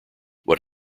what